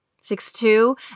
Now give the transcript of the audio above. Six-two